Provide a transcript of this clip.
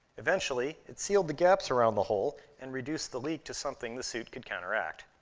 eventually, it sealed the gaps around the hole and reduced the leak to something the suit could counteract.